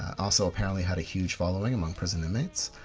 also, apparently had a huge following among prison inmates.